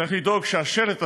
צריך לדאוג שהשלט הזה,